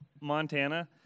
Montana